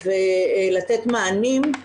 ולתת מענים.